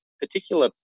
particular